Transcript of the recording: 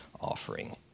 offering